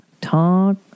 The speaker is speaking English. Talk